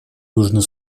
южный